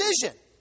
decision